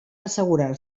assegurar